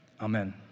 Amen